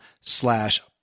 slash